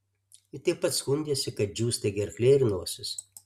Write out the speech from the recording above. ji taip pat skundėsi kad džiūsta gerklė ir nosis